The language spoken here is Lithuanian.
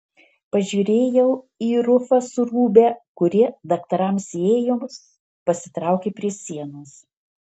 pažiūrėjau į rufą su rūbe kurie daktarams įėjus pasitraukė prie sienos